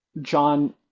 John